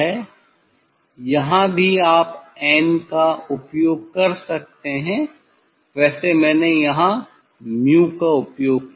यहाँ भी आप 'n' का उपयोग कर सकते हैं वैसे मैंने यहाँ '𝛍' का उपयोग किया है